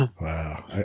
Wow